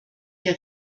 der